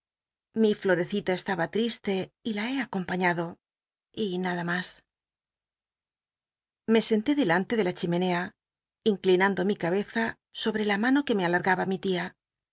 mi florecita estaba tri tc y la he acompañado y nada mas me senté delante ele la chimenea inclinando mi cabeza sobre la mano que me alargaba mi tia